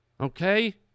Okay